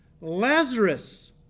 Lazarus